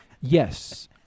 Yes